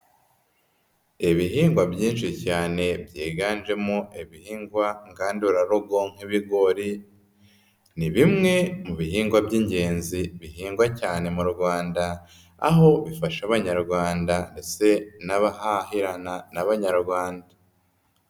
Ibihingwa byinshi cyane byiganjemo ibihingwa ngandurarugon nk'ibigori ni bimwe mu bihingwa by'ingenzi bihingwa cyane mu Rwanda aho bifasha Abanyarwanda ndetse n'abahahirana n'Abanyarwanda.